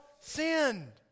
sinned